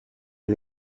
and